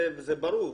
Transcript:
זה ברור.